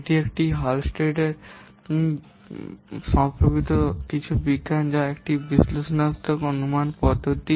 এটি এই Halstead software সম্পর্কিত কিছু বিজ্ঞান যা একটি বিশ্লেষণাত্মক অনুমান পদ্ধতি